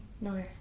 No